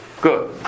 Good